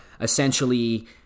essentially